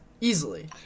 easily